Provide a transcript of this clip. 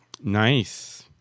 Nice